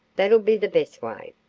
that'll be the best way.